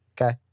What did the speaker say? Okay